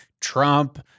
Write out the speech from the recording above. Trump